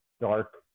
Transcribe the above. dark